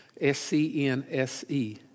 S-C-N-S-E